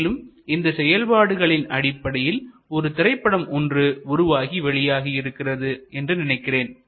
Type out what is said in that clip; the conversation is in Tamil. மேலும் இந்த செயல்பாடுகளின் அடிப்படையில் ஒரு திரைப்படம் ஒன்றும் உருவாகி வெளியாக இருக்கிறது என்று நினைக்கிறேன்